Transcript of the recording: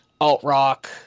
alt-rock